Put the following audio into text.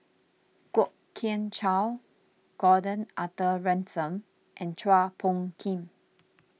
Kwok Kian Chow Gordon Arthur Ransome and Chua Phung Kim